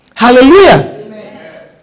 Hallelujah